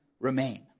remain